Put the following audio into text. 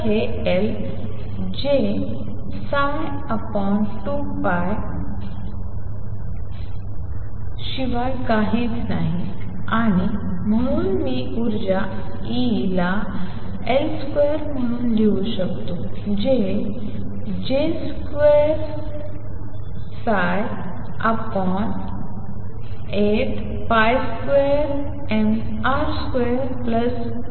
तर L हे J2π शिवाय काहीच नाही आणि म्हणून मी ऊर्जा E ला L2म्हणून लिहू शकतो जे J282mR2V